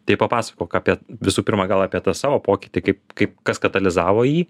tai papasakok apie visų pirma gal apie tą savo pokytį kaip kaip kas katalizavo jį